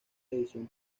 división